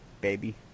baby